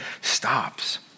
stops